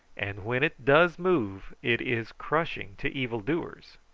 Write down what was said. and when it does move it is crushing to evil-doers.